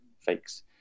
fakes